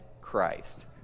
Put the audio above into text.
Christ